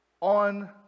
on